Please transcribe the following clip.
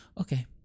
Okay